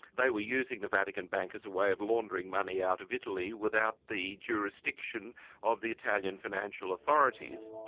they were using the vatican bank as a way of laundering money out of italy without the jurisdiction of the italian financial authorities.